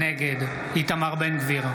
נגד איתמר בן גביר,